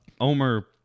Omer